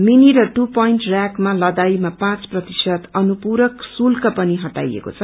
mini र two point याकमा लदाईमा पाँच प्रतिशत अनुपूरक शुल्क पनि हटाईएको छ